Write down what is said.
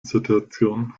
situation